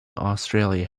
australia